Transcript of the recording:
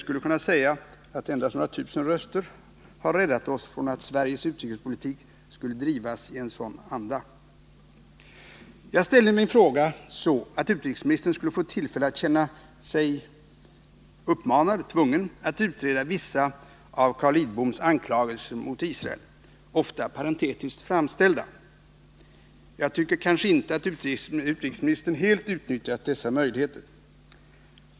skulle kunna säga att endast några tusen röster har räddat oss från en svensk utrikespolitik i sådan » anda. Jag har ställt mina frågor så att utrikesministern skulle känna sig tvungen att ge en redogörelse när det gäller vissa av Carl Lidboms ofta parentetiskt framställda anklagelser mot Israel. Utrikesministern har kanske inte helt utnyttjat den möjligheten.